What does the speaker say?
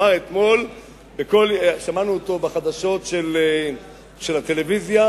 ושמענו אותו בחדשות בטלוויזיה,